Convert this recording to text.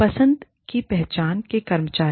पसंद की पहचान के कर्मचारी